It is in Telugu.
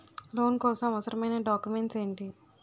లోన్ కోసం అవసరమైన డాక్యుమెంట్స్ ఎంటి?